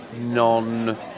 non